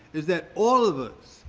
is that all of us,